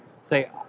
say